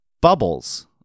Bubbles